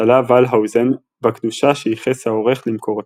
תלה ולהאוזן בקדושה שייחס העורך למקורותיו.